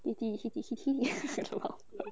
kitty kitty kitty